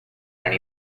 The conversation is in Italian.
erano